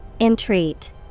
Entreat